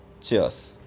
cheers